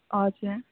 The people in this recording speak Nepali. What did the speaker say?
हजुर